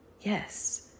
yes